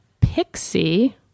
Pixie